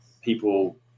people